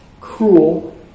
cruel